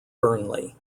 burnley